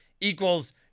equals